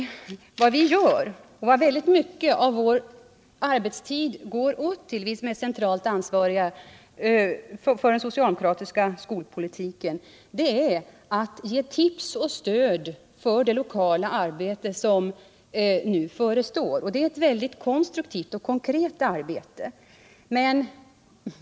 Nej, vad vi gör och vad väldigt mycket av arbetstiden för oss som är centralt ansvariga för den socialdemokratiska skolpolitiken går åt till är att ge tips och stöd för det lokala arbete som nu förestår. Det är ett mycket konstruktivt och konkret arbete.